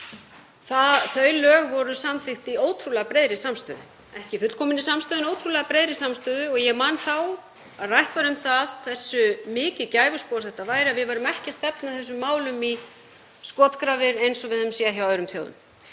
Þau lög voru samþykkt í ótrúlega breiðri samstöðu, ekki fullkominni samstöðu en ótrúlega breiðri samstöðu. Ég man að þá var rætt um hversu mikið gæfuspor þetta væri, að við værum ekki að stefna þessum málum í skotgrafir eins og við höfum séð hjá öðrum þjóðum.